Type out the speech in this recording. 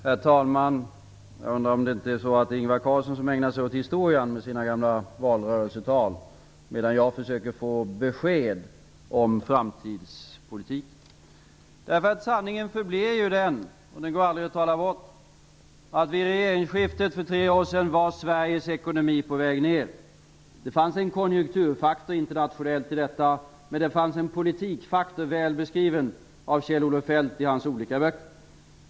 Herr talman! Jag undrar om det inte är Ingvar Carlsson som ägnar sig åt historia, med sina gamla valrörelsetal, medan jag försöker få besked om framtidspolitiken. Sanningen förblir ju den, och den går aldrig att tala bort, att vid regeringsskiftet för tre år sedan var Sveriges ekonomi på väg ner. Det fanns en konjunkturfaktor internationellt i detta, men det fanns en politikfaktor, väl beskriven av Kjell-Olof Feldt i hans olika böcker.